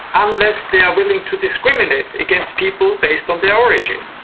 unless they are willing to discriminate against people based on their origin.